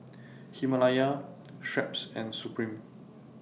Himalaya Schweppes and Supreme